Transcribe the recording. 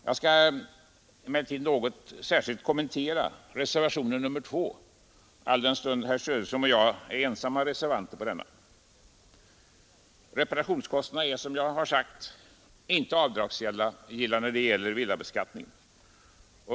Jag skall emellertid något kommentera reservationen 2, där herr Söderström och jag är ensamma reservanter. Reparationskostnaderna är, som jag tidigare sagt, icke avdragsgilla vid villabeskattningen.